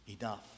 enough